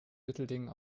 mittelding